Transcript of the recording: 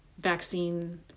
vaccine